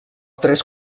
tres